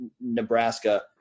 Nebraska